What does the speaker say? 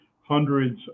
hundreds